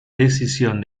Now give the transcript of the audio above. decisión